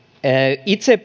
itse